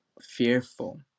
fearful